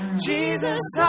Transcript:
Jesus